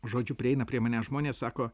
žodžiu prieina prie manęs žmonės sako